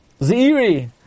Z'iri